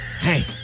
Hey